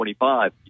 25